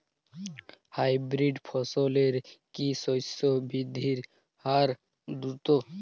Hybrid ফসলের কি শস্য বৃদ্ধির হার দ্রুত?